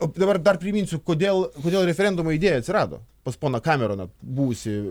o dabar dar priminsiu kodėl kodėl referendumo idėja atsirado pas poną kameroną buvusį